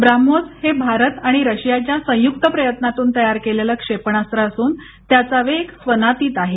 ब्राम्होस हे भारत आणि रशियाच्या संयुक्त प्रयत्नांतून तयार केलेलं क्षेपणास्त्र असून त्याचा वेग स्वनातीत आहे